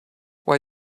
why